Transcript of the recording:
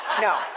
no